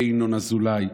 וינון אזולאי,